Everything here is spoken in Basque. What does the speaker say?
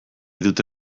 dute